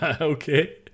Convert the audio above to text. Okay